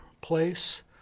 place